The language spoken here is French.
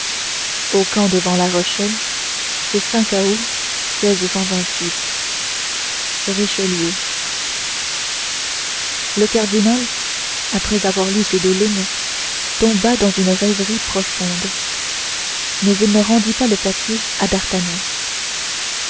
au camp devant la rochelle ce chaos richelieu le cardinal après avoir lu ces deux lignes tomba dans une rêverie profonde mais il ne rendit pas le papier à d'artagnan